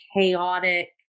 chaotic